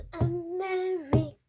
America